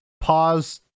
pause